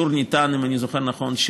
אם אני זוכר נכון,